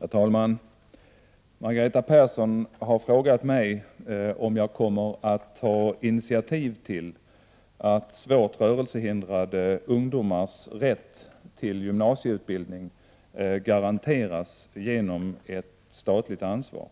Herr talman! Margareta Persson har frågat mig om jag kommer att ta initiativ till att svårt rörelsehindrade ungdomars rätt till gymnasieutbildning garanteras genom ett statligt ansvar.